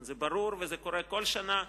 זה ברור וזה קורה כל שנה.